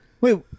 Wait